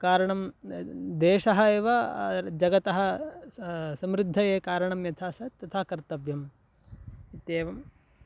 कारणं देशः एव जगतः समृद्धये कारणं यथा स्यात् तथा कर्तव्यम् इत्येवम्